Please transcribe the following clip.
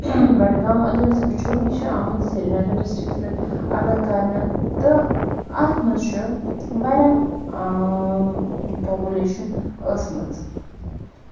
بڈگام اَگر أسۍ وٕچھو یہِ چھِ آمٕژ سری نَگر ڈَسٹرکَس سۭتۍ اَلگ کرنہٕ تہٕ اَتھ منٛز چھُ واریاہ پوپُلٮ۪شَن ٲسمٕژ